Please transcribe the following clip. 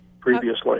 previously